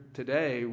today